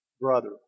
brother